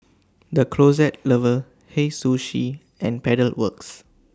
The Closet Lover Hei Sushi and Pedal Works